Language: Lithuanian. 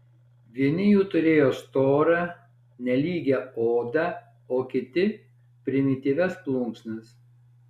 vieni jų turėjo storą nelygią odą o kiti primityvias plunksnas